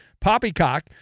Poppycock